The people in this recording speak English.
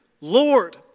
Lord